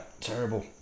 terrible